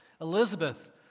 Elizabeth